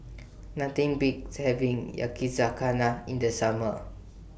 Nothing Beats having Yakizakana in The Summer